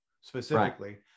specifically